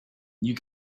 you